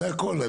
זה הכול.